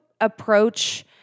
approach